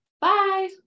Bye